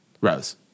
Rose